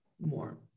More